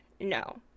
no